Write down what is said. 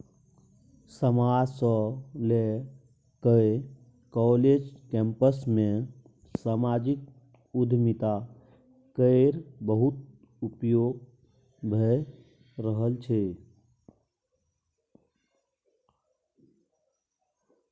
समाद सँ लए कए काँलेज कैंपस मे समाजिक उद्यमिता केर बहुत उपयोग भए रहल छै